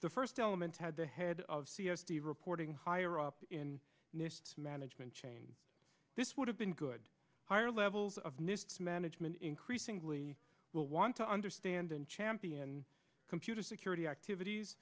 the first element had the head of c s t reporting higher up in management chain this would have been good higher levels of mismanagement increasingly will want to understand and champion computer security activities